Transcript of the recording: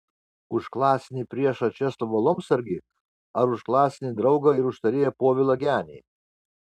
už klasinį priešą česlovą lomsargį ar už klasinį draugą ir užtarėją povilą genį